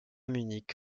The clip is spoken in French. munich